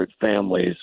families